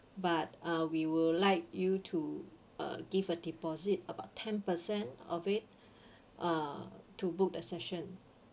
but uh we would like you to uh give a deposit about ten percent of it uh to book a session